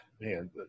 man